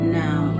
now